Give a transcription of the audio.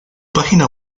página